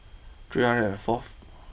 three hundred and forth